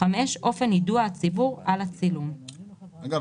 (5)אופן יידוע הציבור על הצילום." אגב,